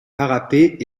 parapet